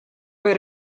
või